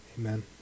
Amen